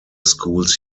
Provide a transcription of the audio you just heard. schools